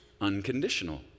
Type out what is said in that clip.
unconditional